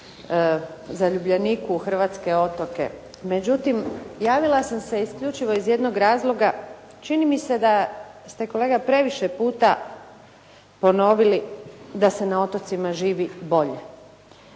zaljubljeniku u hrvatske otoke. Međutim, javila sam se isključivo iz jednog razloga, čini mi se da ste kolega previše puta ponovili da se na otocima živi bolje.